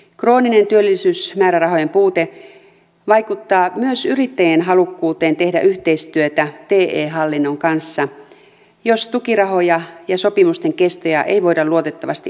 krooninen työllisyysmäärärahojen puute vaikuttaa myös yrittäjien halukkuuteen tehdä yhteistyötä te hallinnon kanssa jos tukirahoja ja sopimusten kestoja ei voida luotettavasti ennakoida